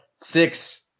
six